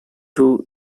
two